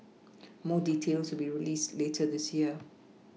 more details will be released later this year